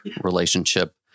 relationship